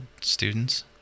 students